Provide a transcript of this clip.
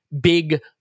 big